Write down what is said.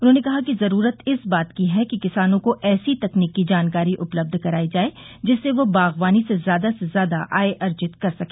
उन्होंने कहा कि जरूरत इस बात की है कि किसानों को ऐसी तकनीकी जानकारी उपलब्ध कराई जाये जिससे वे बागवानी से ज्यादा से ज्यादा आय अर्जित कर सके